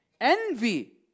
Envy